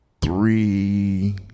three